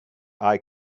eye